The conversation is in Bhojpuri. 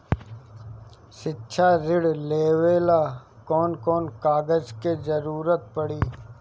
शिक्षा ऋण लेवेला कौन कौन कागज के जरुरत पड़ी?